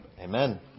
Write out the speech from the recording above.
Amen